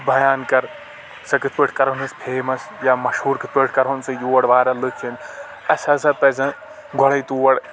بیان کرٕ سۄ کِتھ پأٹھۍ کرہوٚن أسۍ فیمس یا مشہوٗر کتھ پأٹھۍ کرٕہون سُہ یور واریاہ لُکھ یِن اَسہِ ہسا پزَن گۄڑے تور